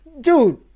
dude